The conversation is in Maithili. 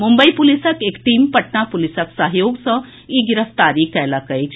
मुम्बई पुलिसक एक टीम पटना पुलिसक सहयोग सँ ई गिरफ्तारी कयलक अछि